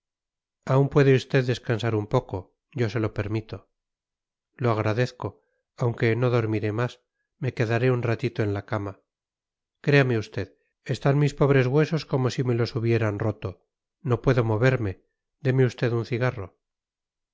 aún puede usted descansar un poco yo se lo permito lo agradezco aunque no dormiré más me quedaré un ratito en la cama créame usted están mis pobres huesos como si me los hubieran roto no puedo moverme deme usted un cigarro